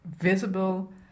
visible